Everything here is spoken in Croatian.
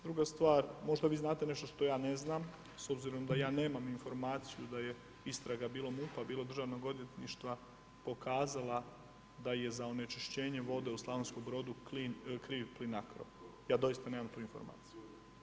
Druga stvar, možda vi znate nešto što ja ne znam, s obzirom da ja nemam informaciju da je istraga, bilo MUP-a, bilo državnog odvjetništva, pokazala da je za onečišćenje vode u Slavonskom Brodu kriv Plinacro, ja doista nemam tu informaciju.